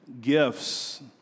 gifts